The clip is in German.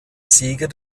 sieger